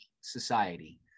society